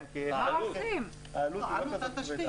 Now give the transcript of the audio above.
עלות התשתית.